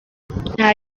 nta